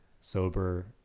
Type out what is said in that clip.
Sober